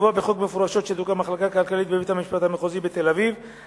לקבוע בחוק מפורשות שתוקם מחלקה כלכלית בבית-המשפט המחוזי בתל-אביב יפו,